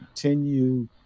continue